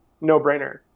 no-brainer